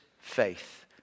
faith